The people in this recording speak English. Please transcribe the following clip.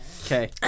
Okay